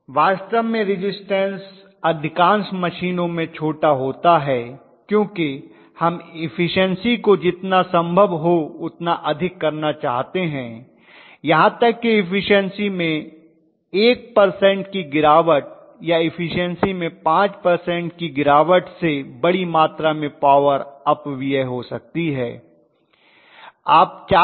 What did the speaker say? वास्तव में रिज़िस्टन्स अधिकांश मशीनों में छोटा होता है क्योंकि हम इफिशन्सी को जितना संभव हो उतना अधिक करना चाहते हैं यहां तक कि इफिशन्सी में 1 पर्सेन्ट की गिरावट या इफिशन्सी में 5 पर्सेन्ट की गिरावट से बड़ी मात्रा में पॉवर अपव्यय हो सकती है